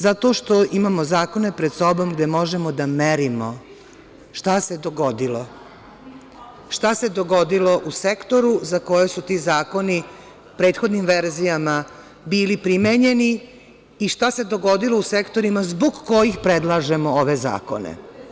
Zato što imamo zakone pred sobom gde možemo da merimo šta se dogodilo u sektoru za koji su ti zakoni u prethodnim verzijama bili primenjeni i šta se dogodilo u sektorima zbog kojih predlažemo ove zakone.